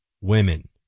women